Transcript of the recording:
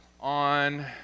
on